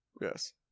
Yes